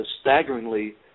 staggeringly